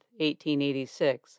1886